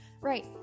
right